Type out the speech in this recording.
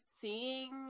seeing